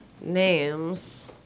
names